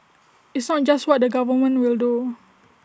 it's not just what the government will do